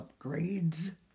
upgrades